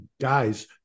guys